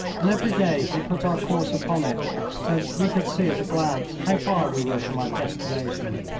and every day he put our course upon it so that we could see at a glance how far we were from our destination.